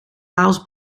waals